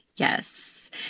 Yes